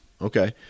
Okay